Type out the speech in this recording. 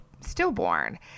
stillborn